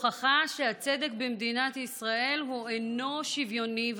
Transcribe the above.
הוכחה שהצדק במדינת ישראל אינו שוויוני,